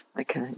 Okay